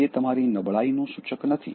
તે તમારી નબળાઇનું સૂચક નથી